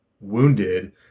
wounded